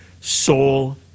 soul